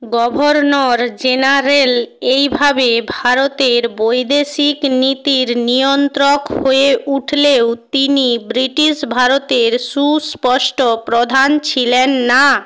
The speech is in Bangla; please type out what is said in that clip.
গভর্নর জেনারেল এইভাবে ভারতের বৈদেশিক নীতির নিয়ন্ত্রক হয়ে উঠলেও তিনি ব্রিটিশ ভারতের সুস্পষ্ট প্রধান ছিলেন না